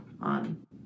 On